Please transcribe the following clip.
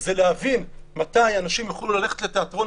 זה להבין מתי אנשים יוכלו ללכת לתאטרון